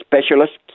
specialists